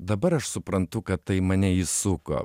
dabar aš suprantu kad tai mane įsuko